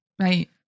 Right